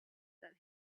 that